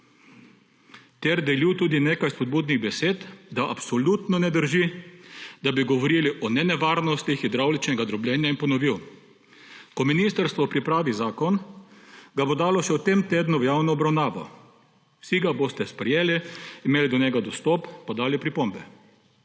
Ter delil tudi nekaj spodbudnih besed, da absolutno ne drži, da bi govorili o nenevarnostih hidravličnega drobljenja in ponovil: »Ko ministrstvo pripravi zakon, ga bo dalo še v tem tednu v javno obravnavo. Vsi ga boste sprejeli, imeli do njega dostop, podali pripombe.«